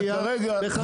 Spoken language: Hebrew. זה.